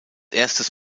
erstes